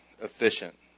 efficient